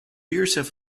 yourself